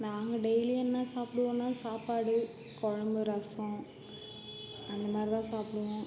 நாங்கள் டெய்லியும் என்ன சாப்பிடுவோன்னா சாப்பாடு குழம்பு ரசம் அந்த மாதிரிதான் சாப்பிடுவோம்